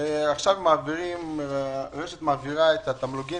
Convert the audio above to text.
שעכשיו רש"ת מעבירה את התמלוגים,